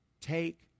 Take